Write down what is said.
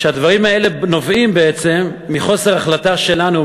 שהדברים האלה נובעים בעצם מחוסר החלטה שלנו,